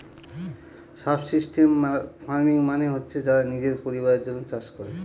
subsistence farming মানে হচ্ছে যারা নিজের পরিবারের জন্য চাষ করে